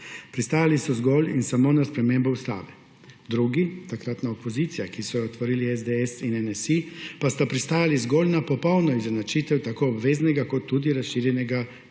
Pristajali so zgolj in samo na spremembo ustave. Drugi, takratna opozicija, ki so jo otvorili SDS in NSi, pa sta pristali zgolj na popolno izenačitev tako obveznega kot tudi razširjenega dela